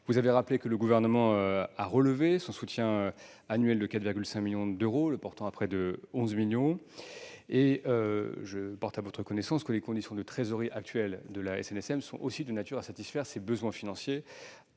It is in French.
Vous avez rappelé que le Gouvernement a relevé son soutien annuel de 4,5 millions d'euros, l'établissant à près de 11 millions d'euros, et je porte à votre connaissance que les conditions de trésorerie actuelle de la SNSM sont de nature à satisfaire ses besoins financiers